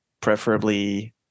preferably